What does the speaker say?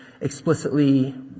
explicitly